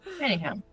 Anyhow